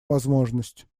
возможность